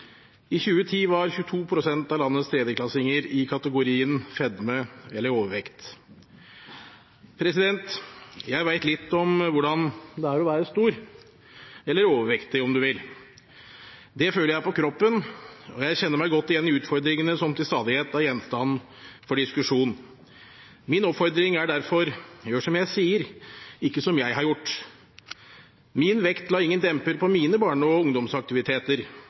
I 2010 var 22 pst. av landets tredjeklassinger i kategorien med fedme eller overvekt. Jeg vet litt om hvordan det er å være stor – eller overvektig, om du vil. Det føler jeg på kroppen, og jeg kjenner meg godt igjen i utfordringene som til stadighet er gjenstand for diskusjon. Min oppfordring er derfor: Gjør som jeg sier, ikke som jeg har gjort! Min vekt la ingen demper på mine barne- og ungdomsaktiviteter.